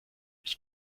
ich